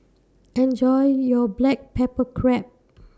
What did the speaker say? Enjoy your Black Pepper Crab